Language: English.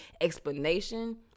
explanation